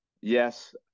yes